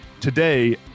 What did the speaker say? today